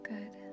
Good